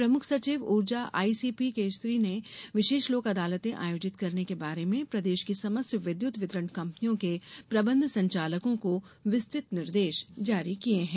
प्रमुख सचिव ऊर्जा आईसीपी केशरी ने विशेष लोक अदालतें आयोजित करने के बारे में प्रदेश की समस्त विद्युत वितरण कम्पनियों के प्रबंध संचालकों को विस्तृत निर्देश जारी किये हैं